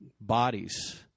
bodies